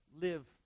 live